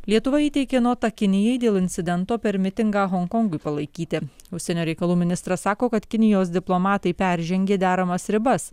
lietuva įteikė notą kinijai dėl incidento per mitingą honkongui palaikyti užsienio reikalų ministras sako kad kinijos diplomatai peržengė deramas ribas